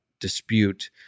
dispute